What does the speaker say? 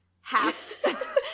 half